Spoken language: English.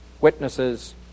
Witnesses